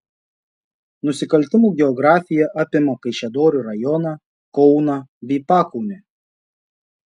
nusikaltimų geografija apima kaišiadorių rajoną kauną bei pakaunę